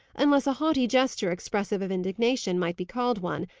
unless a haughty gesture expressive of indignation might be called one,